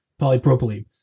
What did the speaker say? polypropylene